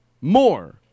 More